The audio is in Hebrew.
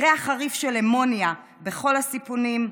ריח חריף של אמוניה בכל הסיפונים.